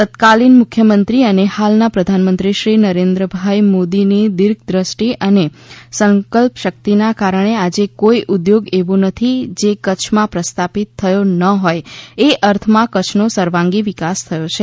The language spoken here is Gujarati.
તત્કાલીન મુખ્યમંત્રી અને હાલના પ્રધાનમંત્રીશ્રી નરેન્દ્રભાઇ મોદીની દિર્ધદ્રષ્ટિ અને સંકલ્પશક્તિના કારણે આજે કોઇ ઉદ્યોગ એવો નથી જે કચ્છમાં પ્રસ્થાપિત થયો ન હોય એ અર્થમાં કચ્છનો સર્વાંગી વિકાસ થયો છે